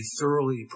thoroughly